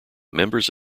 members